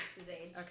Okay